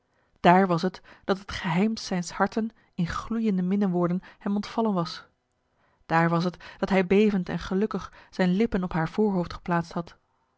daar was het dat het geheim zijns harten in gloeiende minnewoorden hem ontvallen was daar was het dat hij bevend en gelukkig zijn lippen op haar voorhoofd geplaatst had